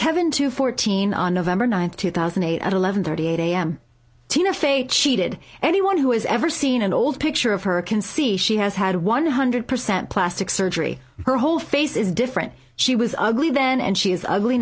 kevin two fourteen on nov ninth two thousand and eight at eleven thirty eight am tina fey cheated anyone who has ever seen an old picture of her can see she has had one hundred percent plastic surgery her whole face is different she was ugly then and she is ugly